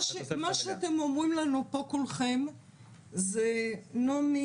מה שכולכם אומרים לנו פה זה נעמי,